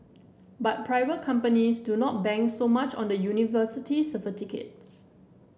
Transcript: but private companies do not bank so much on the university certificates